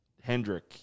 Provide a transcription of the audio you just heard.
Hendrick